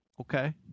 Okay